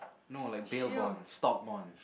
no like bail bond stock bond